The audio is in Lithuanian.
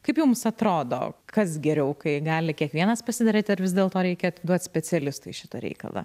kaip jums atrodo kas geriau kai gali kiekvienas pasidaryt ar vis dėlto reikia atiduot specialistui šitą reikalą